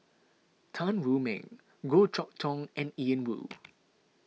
Tan Wu Meng Goh Chok Tong and Ian Woo